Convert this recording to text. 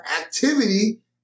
activity